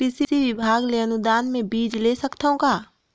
कृषि विभाग ले अनुदान म बीजा ले सकथव का?